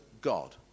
God